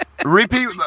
Repeat